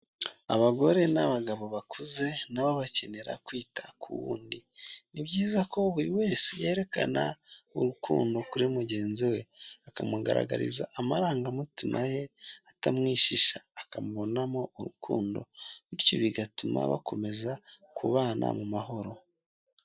Abagore n'abagabo bakuze nabo bakenera kwita ku wundi, ni byiza ko buri wese yerekana urukundo kuri mugenzi we, akamugaragariza amarangamutima ye atamwishisha akamubonamo urukundo, bityo bigatuma bakomeza kubana mu mahoro.